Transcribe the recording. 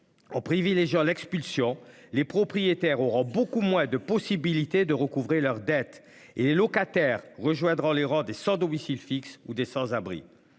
En privilégiant l'expulsion les propriétaires auront beaucoup moins de possibilités de recouvrer leurs dettes et locataires rejoindront les rangs des sans-domicile-fixe ou des sans-, abri,